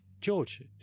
George